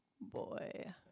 boy